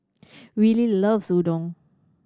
Willie loves Udon